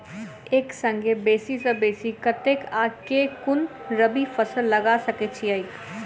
एक संगे बेसी सऽ बेसी कतेक आ केँ कुन रबी फसल लगा सकै छियैक?